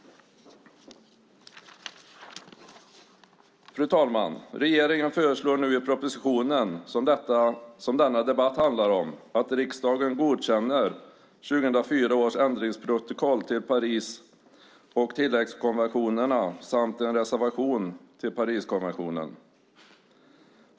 Fru talman! Regeringen föreslår nu i den proposition som denna debatt handlar om att riksdagen godkänner 2004 års ändringsprotokoll till Paris och tilläggskonventionerna samt en reservation till Pariskonventionen.